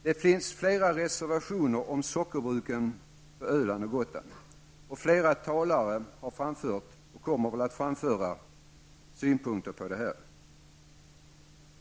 Det finns flera reservationer om sockerbruken på Öland och på Gotland. Flera talare har framfört och kommer väl att framföra synpunkter på detta.